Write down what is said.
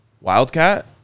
wildcat